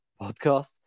podcast